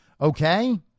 okay